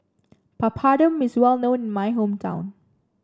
Papadum is well known in my hometown